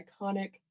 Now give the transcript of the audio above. iconic